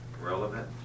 Relevant